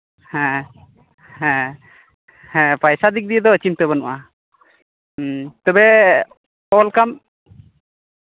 ᱦᱮᱸ ᱦᱮᱸ ᱦᱮᱸ ᱯᱚᱭᱥᱟ ᱫᱤᱠ ᱫᱤᱭᱮ ᱫᱚ ᱪᱤᱱᱛᱟᱹ ᱵᱟᱹᱱᱩᱜᱼᱟ ᱛᱚᱵᱮ ᱚᱞ ᱠᱟᱜᱼᱟᱢ